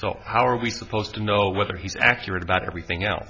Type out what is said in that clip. so how are we supposed to know whether he's accurate about everything else